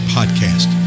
Podcast